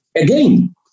Again